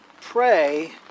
pray